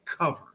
cover